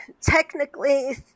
technically